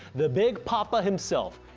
the big poppa himself,